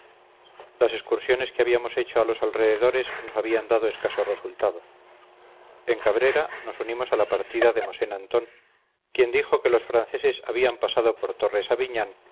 las excursiones que habíamos hecho a los alrededores nos habían dado escaso resultado en cabrera nos unimos a la partida de mosén antón quien dijo que los franceses habían pasado por torre sabiñán y